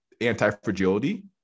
anti-fragility